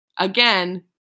Again